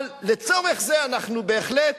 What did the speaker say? אבל לצורך זה אנחנו בהחלט